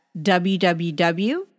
www